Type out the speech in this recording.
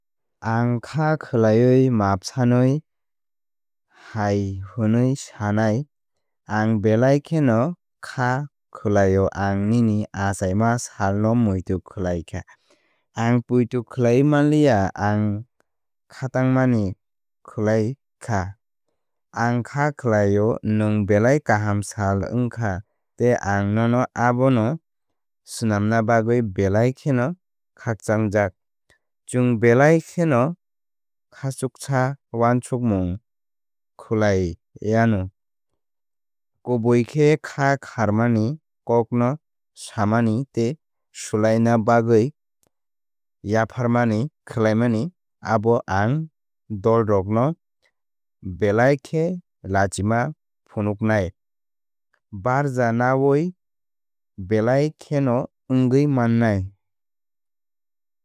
Ang kha khwlaiwi maap sanwi hai hwnwi sanai ang belai kheno kha khwlaio ang nini achaima salno muitu khwlaikha. Ang poito khwlaiwi manliya ang khatangmani khwlaikha. Ang kha khlaio nwng belai kaham sal wngkha tei ang nono abono swnamna bagwi belai kheno khakchangjak. Chwng belai kheno khachuksa wansukmung khwlaiyano. Kubui khe khá khármani kókno samani tei swlaina bagwi yapharmani khlaimani abo ang dolrok no belai khe lachima phunuknai. Barja nawi belai kheno wngwi mannai.